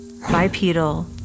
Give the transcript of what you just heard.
Bipedal